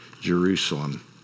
Jerusalem